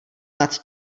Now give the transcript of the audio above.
nad